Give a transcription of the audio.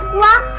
la